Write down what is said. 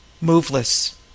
moveless